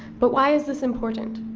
but why is this important?